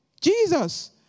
Jesus